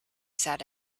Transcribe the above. said